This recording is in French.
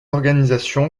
organisation